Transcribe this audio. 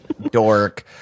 dork